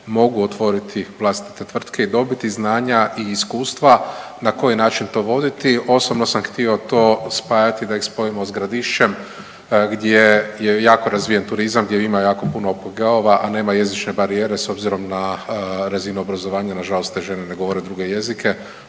mogu otvoriti vlastite tvrtke i dobiti znanja i iskustva na koji način to voditi. Osobno sam htio to spajati da ih spojimo sa Gradišćem gdje je jako razvijen turizam gdje ima jako puno OPG-a, a nema jezične barijere s obzirom na razinu obrazovanja nažalost te žene ne govore druge jezike,